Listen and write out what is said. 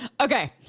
Okay